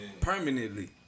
permanently